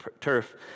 turf